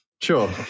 Sure